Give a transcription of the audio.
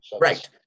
Right